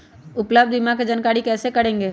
उपलब्ध बीमा के जानकारी कैसे करेगे?